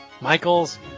Michaels